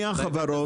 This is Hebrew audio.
מי החברות?